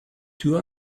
too